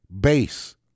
base